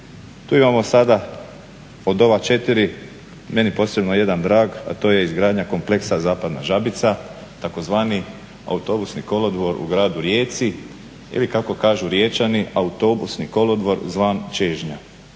Tu imamo sada od ova 4 meni posebno jedan drag, a to je izgradnja kompleksa Zapadna žabica, tzv. Autobusni kolodvor u gradu Rijeci ili kako kažu Riječani, autobusni kolodvor zvan Čežnja.